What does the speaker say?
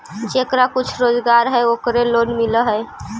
जेकरा कुछ रोजगार है ओकरे लोन मिल है?